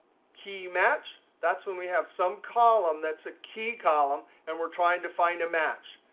key match, that's when we have some column that's a key column and we're trying to find a match.